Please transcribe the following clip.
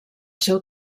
seu